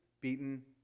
beaten